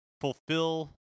fulfill